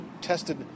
tested